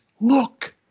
look